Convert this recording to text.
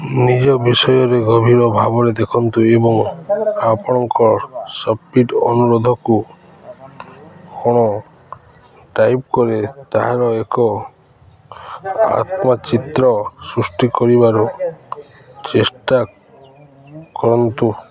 ନିଜ ବିଷୟରେ ଗଭୀର ଭାବରେ ଦେଖନ୍ତୁ ଏବଂ ଆପଣଙ୍କ ସଠିକ୍ ଅନୁରୋଧକୁ କ'ଣ ଡ୍ରାଇଭ୍ କରେ ତାହାର ଏକ ଆତ୍ମଚିତ୍ର ସୃଷ୍ଟି କରିବାକୁ ଚେଷ୍ଟା କରନ୍ତୁ